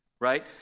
Right